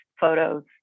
photos